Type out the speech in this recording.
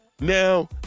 Now